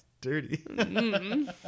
Dirty